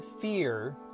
fear